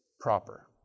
proper